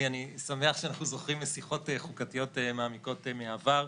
אני שמח שאנחנו זוכים לשיחות חוקתיות מעמיקות מהעבר,